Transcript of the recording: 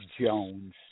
Jones